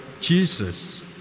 Jesus